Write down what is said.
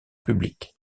publique